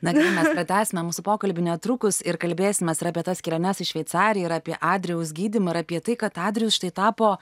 na gerai mes pratęsime mūsų pokalbį netrukus ir kalbėsimės apie tas keliones į šveicariją ir apie adrijaus gydymą ir apie tai kad adrijus štai tapo